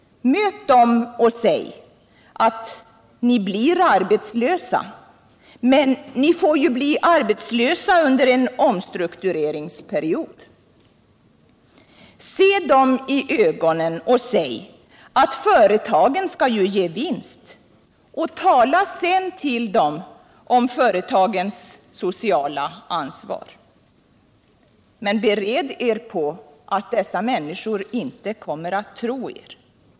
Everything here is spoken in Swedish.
Möt dem och säg att de blir arbetslösa men att de ju får bli arbetslösa under en omstruktureringsperiod. Se dem i ögonen och säg att företagen ju skall ge vinst. Tala sedan till dem om företagens sociala ansvar. Bered er dock på att dessa människor inte kommer att tro er.